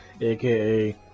aka